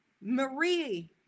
marie